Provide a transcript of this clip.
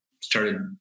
started